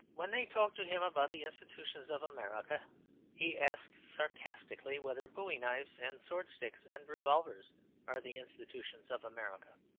when they talk to him about the institutions of america he asks sarcastically whether bowie knives and swordsticks and revolvers are the institutions of america.